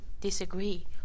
disagree